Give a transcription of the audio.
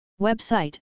Website